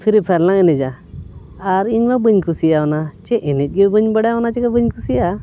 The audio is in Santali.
ᱯᱷᱨᱤ ᱯᱷᱟᱭᱟᱨᱞᱟᱝ ᱮᱱᱮᱡᱼᱟ ᱟᱨ ᱤᱧᱢᱟ ᱵᱟᱹᱧ ᱠᱩᱥᱤᱭᱟᱜᱼᱟ ᱚᱱᱟ ᱪᱮᱫ ᱮᱱᱮᱡ ᱜᱮ ᱵᱟᱹᱧ ᱵᱟᱰᱟᱭ ᱚᱱᱟ ᱪᱤᱠᱟᱹ ᱵᱟᱹᱧ ᱠᱩᱥᱤᱭᱟᱜᱼᱟ